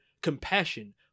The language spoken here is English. compassion